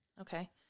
okay